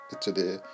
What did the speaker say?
today